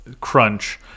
crunch